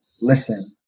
listen